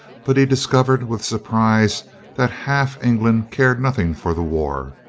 but he discovered with surprise that half england cared nothing for the war.